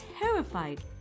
terrified